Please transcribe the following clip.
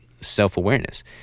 self-awareness